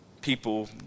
People